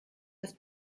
das